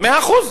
מאה אחוז,